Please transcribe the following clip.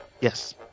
Yes